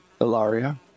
Ilaria